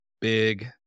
big